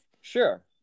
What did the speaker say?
Sure